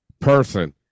person